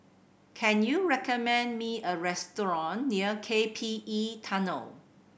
can you recommend me a restaurant near K P E Tunnel